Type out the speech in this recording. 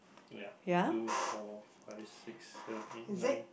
ya two four five six seven eight nine